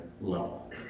level